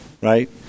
right